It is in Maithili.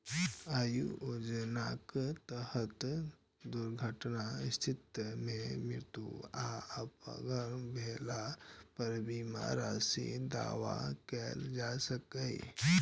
अय योजनाक तहत दुर्घटनाक स्थिति मे मृत्यु आ अपंग भेला पर बीमा राशिक दावा कैल जा सकैए